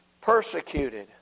Persecuted